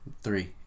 Three